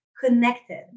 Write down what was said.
connected